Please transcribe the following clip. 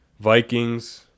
Vikings